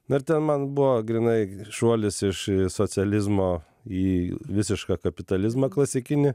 na ir ten man buvo grynai šuolis iš socializmo į visišką kapitalizmą klasikinį